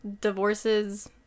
divorces